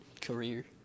career